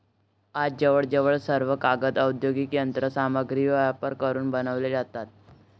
आज जवळजवळ सर्व कागद औद्योगिक यंत्र सामग्रीचा वापर करून बनवले जातात